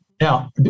Now